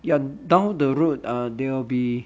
ya down the road uh there will be